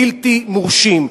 בלתי מורשים.